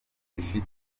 bifite